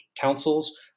councils